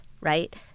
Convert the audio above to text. right